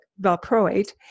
valproate